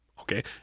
okay